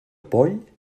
poll